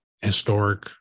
historic